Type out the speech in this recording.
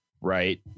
Right